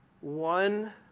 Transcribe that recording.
one